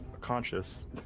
conscious